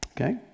Okay